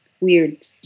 weird